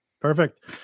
Perfect